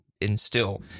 instill